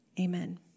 Amen